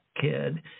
kid